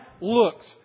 looks